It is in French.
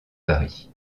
paris